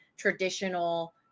traditional